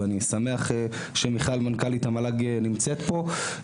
אני שמח שמיכל נוימן, מנכ"לית המל"ג, נמצאת פה.